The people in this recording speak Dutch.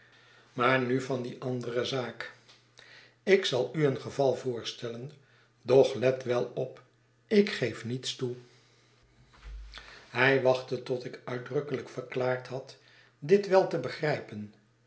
maar nu van die andere zaak ik zal u een geval voorstellen doch let wel op ik geef niets toe hij wachtte tot ik uitdrukkelijk verklaard had dit wel te begrijpen